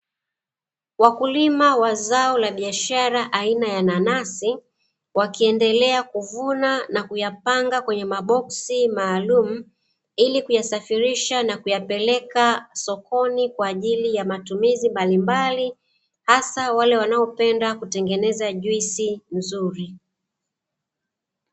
Wakulima wa zao la biashara aina ya nanasi, wakiendelea kuvuna na kuyapanga kwenye maboksi maalumu ili kuyasafirisha na kuyapeleka sokoni. Kwa ajili ya matumizi mbalimbali hasa wale wanaopenda kutengeneza juisi nzuri.